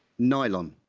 nylon.